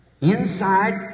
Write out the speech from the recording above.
Inside